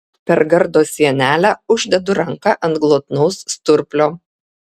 per gardo sienelę uždedu ranką ant glotnaus sturplio